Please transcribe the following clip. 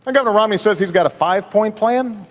but governor romney says he's got a five-point plan.